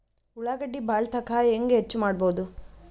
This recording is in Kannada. ಉಳ್ಳಾಗಡ್ಡಿ ಬಾಳಥಕಾ ಹೆಂಗ ಹೆಚ್ಚು ಮಾಡಬಹುದು?